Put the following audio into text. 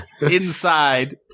inside